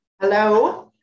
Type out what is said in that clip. Hello